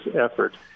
effort